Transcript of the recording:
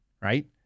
Right